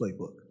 playbook